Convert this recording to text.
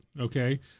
Okay